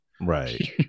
right